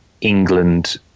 England